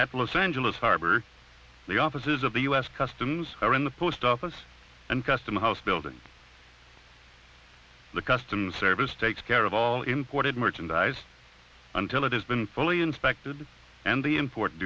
los angeles harbor the offices of the u s customs are in the post office and custom house building the customs service takes care of all imported merchandise until it has been fully inspected and the import